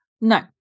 No